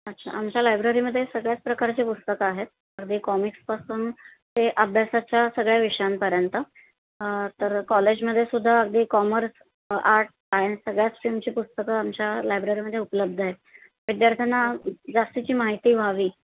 अच्छा आमच्या लायब्ररीमध्ये सगळ्याच प्रकारचे पुस्तकं आहेत अगदी कॉमिक्सपासून ते अभ्यासाच्या सगळ्या विषयांपर्यंत तर कॉलेजमध्ये सुद्धा अगदी कॉमर्स आर्ट सायन्स सगळ्या स्ट्रीमची पुस्तकं आमच्या लायब्ररीमध्ये उपलब्ध आहेत विद्यार्थ्यांना जास्तीची माहिती व्हावी